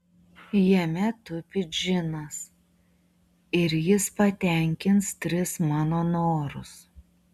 jame tupi džinas ir jis patenkins tris mano norus